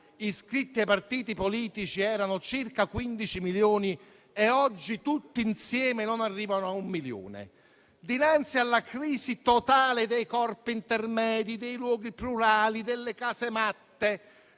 iscritti ai partiti politici in Italia erano circa 15 milioni e oggi tutti insieme non arrivano a un milione; dinanzi alla crisi totale dei corpi intermedi, dei luoghi plurali, delle "casematte"